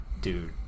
dude